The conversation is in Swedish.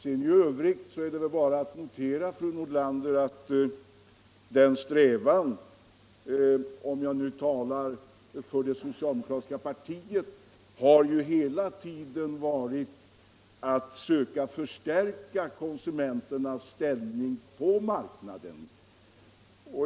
I övrigt är det väl bara att notera, fru Nordlander, att vår strävan - om jag nu talar för det socialdemokratiska partiet — har ju hela tiden varit att söka förstärka konsumenternas ställning på marknaden.